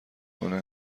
کنه